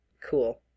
cool